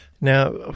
Now